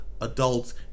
adults